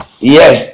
Yes